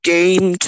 Game